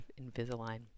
Invisalign